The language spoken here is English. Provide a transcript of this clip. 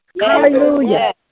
Hallelujah